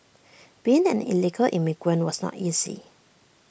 being an illegal immigrant was not easy